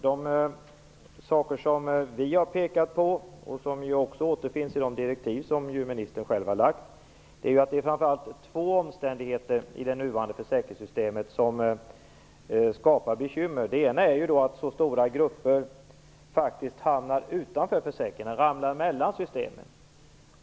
De saker som vi har pekat på, och som också återfinns i de direktiv som ministern själv har lagt fram, är att det framför allt är två omständigheter i det nuvarande försäkringssystemet som skapar bekymmer. Den ena är att så stora grupper faktisk hamnar utanför försäkringen och ramlar mellan systemen.